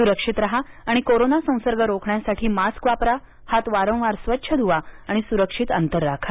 सुरक्षित राहा आणि कोरोना संसर्ग रोखण्यासाठी मास्क वापरा हात वारंवार स्वच्छ धुवा सुरक्षित अंतर ठेवा